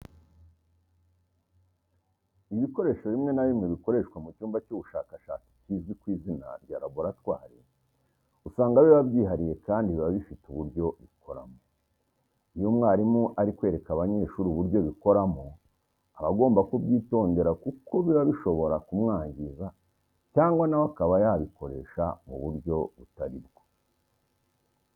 Ibikoresho bimwe na bimwe bikoreshwa mu cyumba cy'ubushakashatsi kizwi ku izina rya laboratwari, usanga biba byihariye kandi biba bifite uburyo bikoramo. Iyo umwarimu ari kwereka abanyeshuri uburyo bikoramo aba agomba kubyitondera kuko biba bishobora kumwangiza cyangwa na we akaba yabikoresha mu buryo butari bwo.